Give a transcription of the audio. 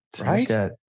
Right